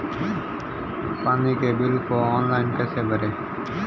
पानी के बिल को ऑनलाइन कैसे भरें?